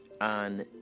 on